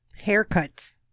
Haircuts